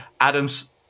Adam's